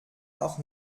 auch